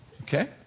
Okay